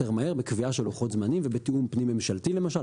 מהר בקביעה של לוחות זמנים ובתיאום פנים ממשלתי למשל,